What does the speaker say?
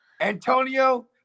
Antonio